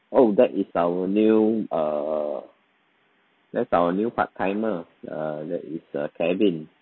oh that is our new err that's our new part timer err that is uh kevin